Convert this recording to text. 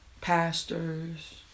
pastors